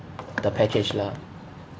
the package lah